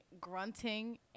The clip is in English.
grunting